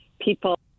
people